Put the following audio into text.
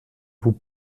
vous